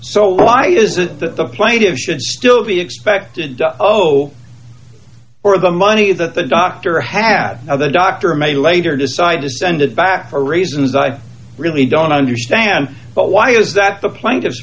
so why is it that the plaintive should still be expected oh for the money that the doctor had now the doctor may later decide to send it back for reasons i really don't understand but why is that the plaintiff